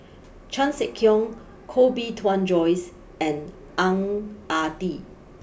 Chan Sek Keong Koh Bee Tuan Joyce and Ang Ah Tee